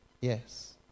Yes